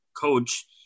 coach